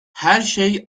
herşey